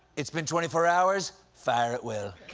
it's been twenty four hours? fire at will.